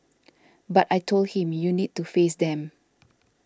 but I told him you need to face them